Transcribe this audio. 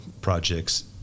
projects